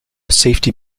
safety